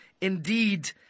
indeed